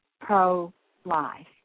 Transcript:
pro-life